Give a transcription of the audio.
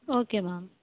okay ma'am